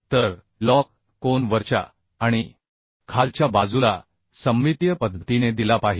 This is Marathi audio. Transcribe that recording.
तर लजकोन वरच्या आणि खालच्या बाजूला सममितीय पद्धतीने दिला पाहिजे